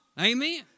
Amen